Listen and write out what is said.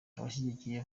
abashyigikiye